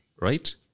right